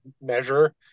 measure